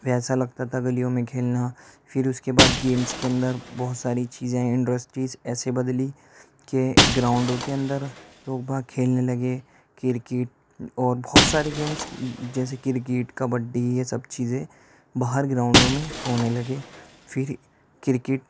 ویسا لگتا تھا گلیوں میں کھیلنا پھر اس کے بعد گیمس کے اندر بہت ساری چیزیں انڈسٹریز ایسے بدلی کہ گراؤنڈوں کے اندر لوگ وہاں کھیلنے لگے کرکٹ اور بہت سارے گیمس جیسے کرکٹ کبڈی یہ سب چیزیں باہر گراؤنڈوں میں ہونے لگے پھر کرکٹ